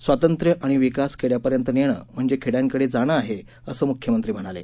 स्वातंत्र्य आणि विकास खेड्यापर्यंत नेणं म्हणजे खेड्यांकडे जाणं आहे असं म्ख्यमंत्री म्हणाले